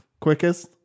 quickest